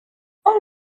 all